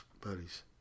buddies